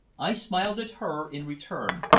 i smiled at her in return,